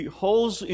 holes